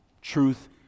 truth